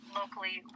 locally